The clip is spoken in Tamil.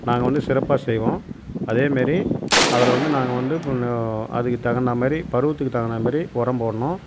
நாங்கள் வந்து சிறப்பாக செய்வோம் அதே மாரி அதில் வந்து நாங்கள் வந்து அதுக்கு தகுந்த மாதிரி பருவத்துக்கு தகுந்த மாதிரி உரம் போடணும்